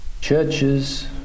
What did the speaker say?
churches